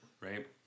right